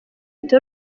leta